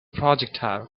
projectile